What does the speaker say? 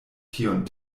tion